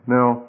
Now